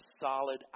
solid